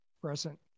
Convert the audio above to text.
present